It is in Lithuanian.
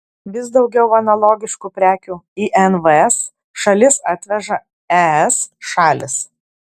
vis daugiau analogiškų prekių į nvs šalis atveža es šalys